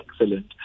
excellent